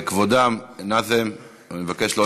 כבודם, נאזם, אני מבקש לא להפריע.